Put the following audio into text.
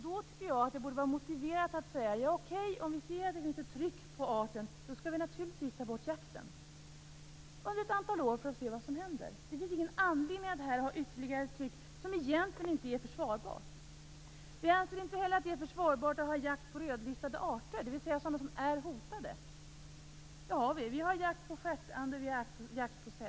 Då tycker jag att det borde vara motiverat att säga: Okej, om vi ser att det finns ett tryck på arten skall vi naturligtvis ta bort jakten under ett antal år för att se vad som händer. Det finns ingen anledning att ha ett ytterligare tryck som egentligen inte är försvarbart. Jag anser inte heller att det är försvarbart att ha jakt på rödlistade arter, dvs. sådana som är hotade. Det har vi. Vi har jakt på stjärtand och på sädgås.